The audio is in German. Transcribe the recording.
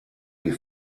die